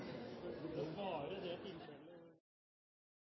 vare på